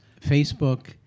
Facebook